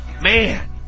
man